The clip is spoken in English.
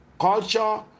culture